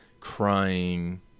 crying